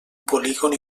polígon